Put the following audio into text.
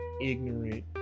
ignorant